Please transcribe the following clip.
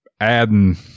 adding